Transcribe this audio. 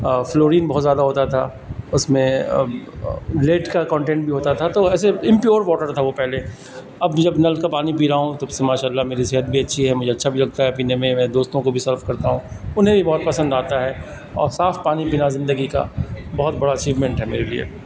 fluorine بہت زیادہ ہوتا تھا اس میں لیٹ کا کانٹینٹ بھی ہوتا تھا تو ایسے امپیور واٹر تھا وہ پہلے اب بھی جب نل کا پانی پی رہا ہوں تب سے ماشاء اللہ میری صحت بھی اچھی ہے مجھے اچھا بھی لگتا ہے پینے میں دوستوں کو بھی سرف کرتا ہوں انہیں بھی بہت پسند آتا ہے اور صاف پانی پینا زندگی کا بہت بڑا اچیوومنٹ ہے میرے لیے